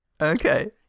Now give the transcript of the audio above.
Okay